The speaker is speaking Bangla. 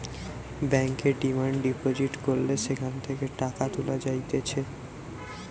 ব্যাংকে ডিমান্ড ডিপোজিট করলে সেখান থেকে টাকা তুলা যাইতেছে